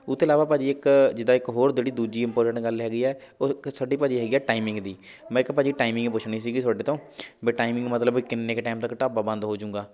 ਉਹ ਤੋਂ ਇਲਾਵਾ ਭਾਅ ਜੀ ਇੱਕ ਜਿੱਦਾਂ ਇੱਕ ਹੋਰ ਜਿਹੜੀ ਦੂਜੀ ਇੰਪੋਰਟੈਂਟ ਗੱਲ ਹੈਗੀ ਹੈ ਉਹ ਕ ਸਾਡੀ ਭਾਅ ਜੀ ਹੈਗੀ ਹੈ ਟਾਈਮਿੰਗ ਦੀ ਮੈਂ ਇੱਕ ਭਾਅ ਜੀ ਟਾਈਮਿੰਗ ਪੁੱਛਣੀ ਸੀਗੀ ਤੁਹਾਡੇ ਤੋਂ ਵੀ ਟਾਈਮਿੰਗ ਮਤਲਬ ਕਿੰਨੇ ਕੁ ਟਾਈਮ ਤੱਕ ਢਾਬਾ ਬੰਦ ਹੋ ਜੂਗਾ